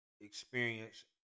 experience